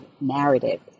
narrative